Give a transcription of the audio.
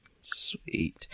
Sweet